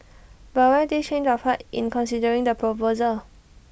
but why this change of heart in considering the proposal